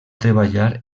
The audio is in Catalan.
treballar